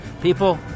People